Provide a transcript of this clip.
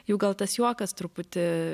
jų gal tas juokas truputį